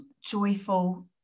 joyful